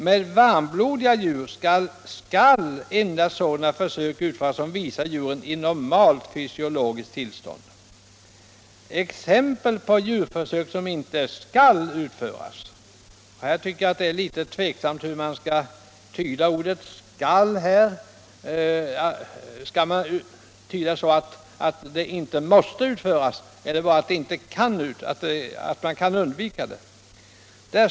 Med varmblodiga djur skall endast sådana försök utföras, som visar djuren i normalt fysiologiskt tillstånd. Exempel på djurförsök som inte 175 skall utföras är följande:” Där tycker jag det är litet tveksamt hur man skall tyda ordet skall. Är det meningen att det skall tydas så att försöket inte måste utföras, utan att man kan undvika det?